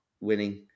winning